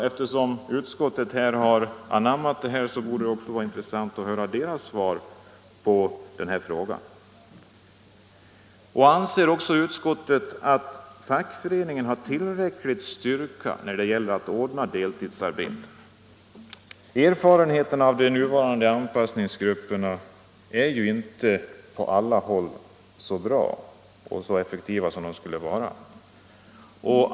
Eftersom utskottet har anammat förslaget skulle det vara intressant att få utskottets syn på frågan. Anser vidare utskottet att fackföreningen har tillräcklig styrka när det gäller att ordna deltidsarbete? Erfarenheterna av de nuvarande anpassningsgrupperna är ju inte på alla håll så bra — de är inte så effektiva som de skulle vara.